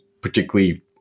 particularly